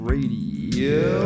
Radio